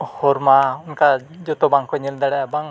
ᱦᱚᱨᱢᱟ ᱚᱱᱠᱟ ᱡᱚᱛᱚ ᱵᱟᱝᱠᱚ ᱧᱮᱞ ᱫᱟᱲᱮᱭᱟᱜᱼᱟ ᱵᱟᱝ